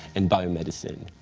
and biomedicine.